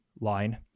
line